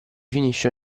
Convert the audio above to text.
finisce